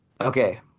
okay